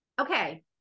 Okay